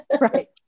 Right